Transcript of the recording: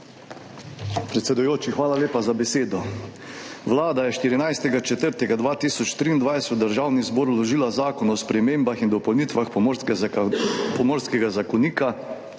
lepa za besedo. Vlada je 14. 4. 2023 v Državni zbor vložila Zakon o spremembah in dopolnitvah Pomorskega zakonika